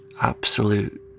absolute